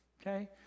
okay